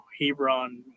Hebron